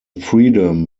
freedom